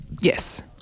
Yes